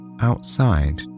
outside